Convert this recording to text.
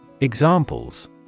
Examples